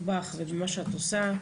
בך ובמה שאת עושה.